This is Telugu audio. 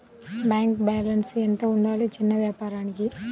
బ్యాంకు బాలన్స్ ఎంత ఉండాలి చిన్న వ్యాపారానికి?